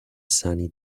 sunny